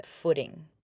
footing